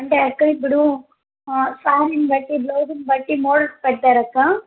అంటే అక్క ఇప్పుడు సారీని బట్టి బ్లౌజ్ని బట్టి మోడల్స్ పెడతారక్కా